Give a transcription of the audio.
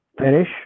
finish